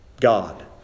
God